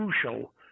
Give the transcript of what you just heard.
crucial